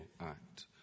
act